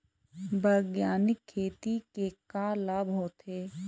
बैग्यानिक खेती के का लाभ होथे?